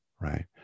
right